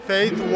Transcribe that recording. Faith